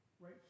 right